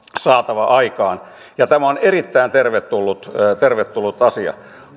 saatava aikaan tämä on erittäin tervetullut tervetullut asia